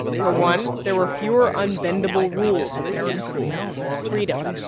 for one, there were fewer unbendable rules at the new school, more freedom.